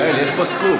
יעל, יש פה סקופ.